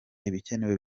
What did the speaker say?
ibikenewe